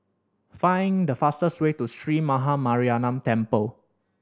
find the fastest way to Sree Maha Mariamman Temple